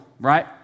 right